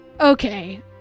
Okay